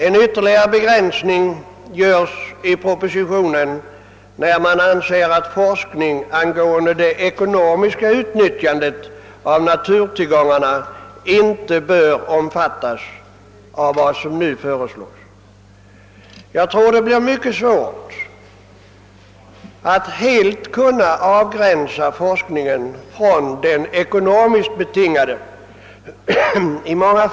En ytterligare begränsning görs i propositionen där man anser att forskning om det ekonomiska utnyttjandet av naturtillgångarna inte bör innefattas i den nu föreslagna organisationen. Jag tror att det blir mycket svårt att helt avgränsa den ekonomiskt betingade forsk ningen från den övriga naturvårdsforskningen.